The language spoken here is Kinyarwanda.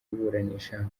kuburanisha